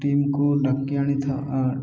ଟିମ୍କୁ ଡାକି ଆଣିଥାଉ ଆ